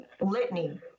litany